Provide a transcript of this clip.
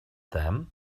them